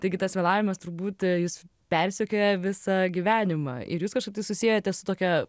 taigi tas vėlavimas turbūt jus persekioja visą gyvenimą ir jūs kažkaip tai susiejote su tokia